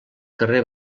carrer